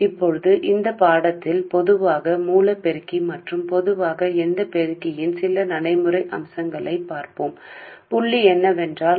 ఇప్పుడు ఈ పాఠంలో మేము ఒక సాధారణ సోర్స్ యాంప్లిఫైయర్ యొక్క కొన్ని ఆచరణాత్మక అంశాలను మరియు సాధారణంగా ఏదైనా యాంప్లిఫైయర్ను పరిశీలిస్తాము